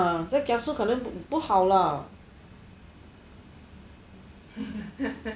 ah kiasu 可能不好啊